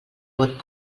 vot